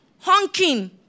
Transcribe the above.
honking